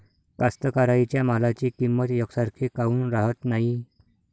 कास्तकाराइच्या मालाची किंमत यकसारखी काऊन राहत नाई?